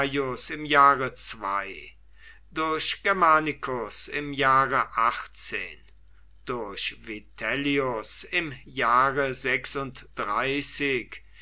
im jahre durch germanicus im jahre durch vitellius im jahre